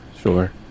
Sure